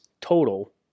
total